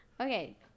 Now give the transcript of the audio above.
Okay